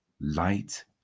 light